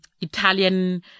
Italian